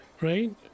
Right